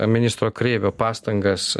ministro kreivio pastangas